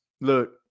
Look